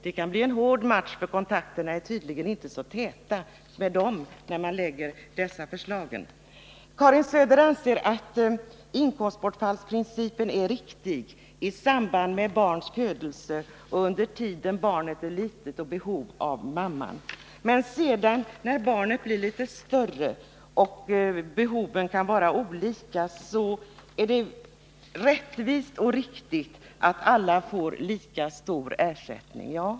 Det kan bli en hård match, för kontakterna med de fackliga organisationerna är tydligen inte så täta innan sådana här förslag läggs fram. Karin Söder anser att inkomstbortfallsprincipen är riktig i samband med barns födelse och under den tid då barnet är litet och i behov av modern. Men sedan, när barnet blivit litet större och behoven kan skifta, är det enligt henne rättvist och riktigt att alla får lika stor ersättning.